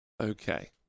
okay